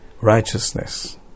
righteousness